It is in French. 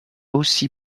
aussi